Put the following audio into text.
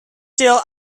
till